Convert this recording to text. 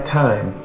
time